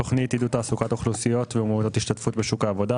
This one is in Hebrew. תוכנית עידוד תעסוקת אוכלוסיות ייעודיות ומעוטות השתתפות בשוק העבודה